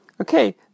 Okay